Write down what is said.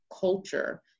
culture